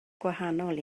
gwahanol